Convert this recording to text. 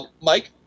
Mike